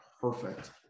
perfect